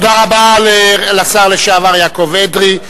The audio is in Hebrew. תודה רבה לשר לשעבר יעקב אדרי.